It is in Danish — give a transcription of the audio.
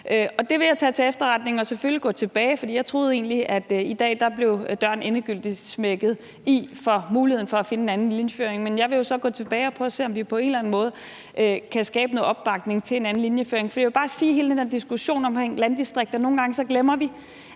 Det vil jeg tage til efterretning, og så vil jeg selvfølgelig gå tilbage, for jeg troede egentlig, at i dag blev døren endegyldigt smækket i for muligheden for at finde en anden linjeføring. Men jeg vil jo så gå tilbage og prøve at se, om vi på en eller anden måde kan skabe noget opbakning til en anden linjeføring. For jeg vil bare sige i hele denne diskussion omkring landdistrikter, at nogle gange glemmer vi,